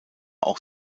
auch